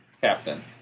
captain